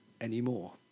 anymore